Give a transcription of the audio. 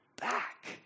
back